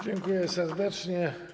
Dziękuję serdecznie.